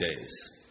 days